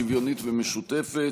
שוויונית ומשותפת,